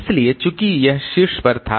इसलिए चूंकि यह शीर्ष पर था